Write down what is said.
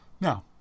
Now